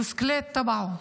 (אומרת בערבית:)